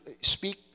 speak